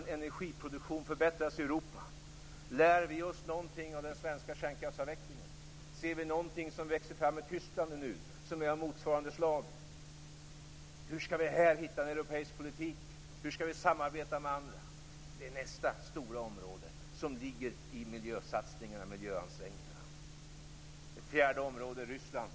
Lär vi oss någonting av den svenska kärnkraftsavvecklingen? Ser vi nu någonting som växer fram i Tyskland och som är av motsvarande slag? Hur skall vi här hitta en europeisk politik? Hur skall vi samarbeta med andra? Det är nästa stora område för miljösatsningarna och miljöansträngningarna. Det fjärde området är Ryssland.